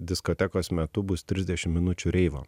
diskotekos metu bus trisdešim minučių reivo